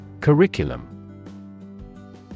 Curriculum